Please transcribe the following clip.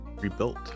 rebuilt